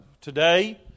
today